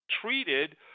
Treated